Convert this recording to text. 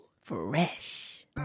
fresh